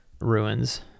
ruins